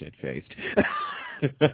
shit-faced